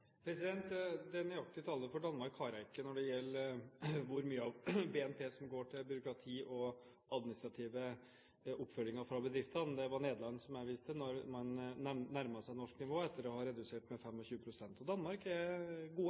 for Danmark når det gjelder hvor mye av BNP som går til bruk av tid og administrative oppfølginger fra bedriftene, har jeg ikke. Det var Nederland jeg viste til, som nærmet seg norsk nivå etter å ha redusert med 25 pst. I Danmark er de gode.